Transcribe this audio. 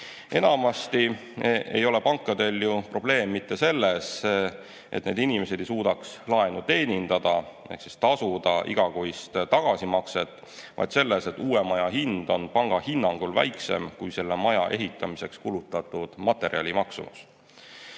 Enamasti ei ole pankadel ju probleem mitte selles, et need inimesed ei suudaks laenu teenindada ehk tasuda igakuist tagasimakset, vaid selles, et uue maja hind on panga hinnangul väiksem kui selle maja ehitamiseks kulutatud materjali